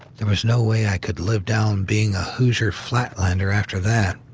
there was no way i could live down being a hoosier flatlander after that.